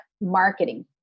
marketing